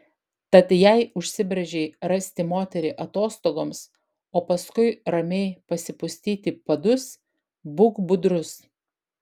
tad jei užsibrėžei rasti moterį atostogoms o paskui ramiai pasipustyti padus būk budrus